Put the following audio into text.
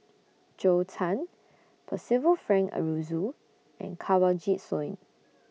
Zhou Can Percival Frank Aroozoo and Kanwaljit Soin